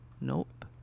nope